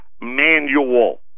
Manual